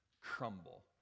crumble